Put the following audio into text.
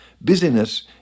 Busyness